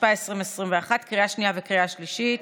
התשפ"א 2021, לקריאה שנייה וקריאה שלישית.